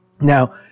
Now